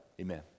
amen